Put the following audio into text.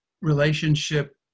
relationship